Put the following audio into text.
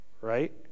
right